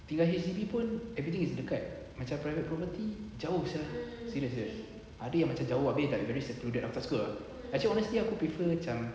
tinggal H_D_B pun everything is dekat macam private property jauh sia serious serious ada yang macam jauh abeh like very secluded aku tak suka ah actually honestly aku prefer macam